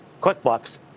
QuickBooks